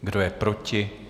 Kdo je proti?